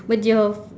but your